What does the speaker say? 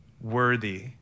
worthy